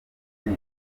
niko